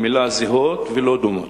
המלה היא זהות ולא דומות.